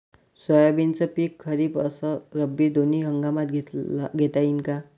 सोयाबीनचं पिक खरीप अस रब्बी दोनी हंगामात घेता येईन का?